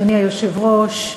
אדוני היושב-ראש,